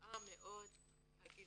פגועה מאוד מהגזענות.